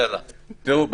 תראו,